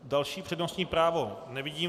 Další přednostní právo nevidím.